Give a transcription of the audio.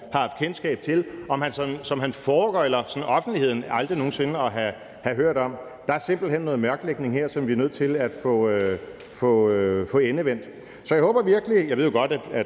har haft kendskab til, som han foregøgler offentligheden aldrig nogen sinde at have hørt om. Der er simpelt hen noget mærklægning her, som vi er nødt til at få endevendt. Jeg ved jo godt, at